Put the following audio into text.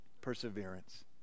perseverance